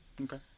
Okay